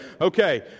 okay